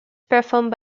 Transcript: performed